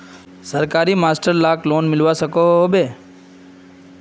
सरकारी मास्टर लाक लोन मिलवा सकोहो होबे?